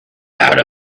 out